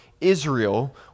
Israel